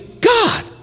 God